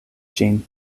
ĝin